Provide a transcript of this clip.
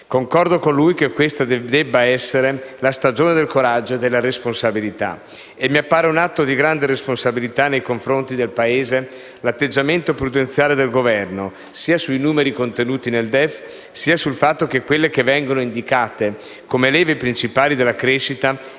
Concordo con lui che questa debba essere la stagione del coraggio e della responsabilità. Mi appare un atto di grande responsabilità nei confronti del Paese l'atteggiamento prudenziale del Governo sia sui numeri contenuti nel DEF sia sul fatto che quelle che vengono indicate come leve principali della crescita